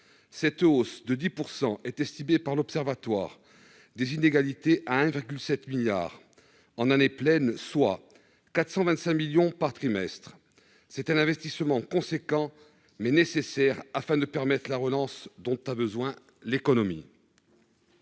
cette hausse de 10 % est estimé par l'Observatoire des inégalités à 1,7 milliard d'euros en année pleine, soit 425 millions d'euros par trimestre. C'est un investissement important, mais nécessaire pour permettre la relance dont a besoin l'économie.